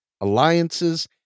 alliances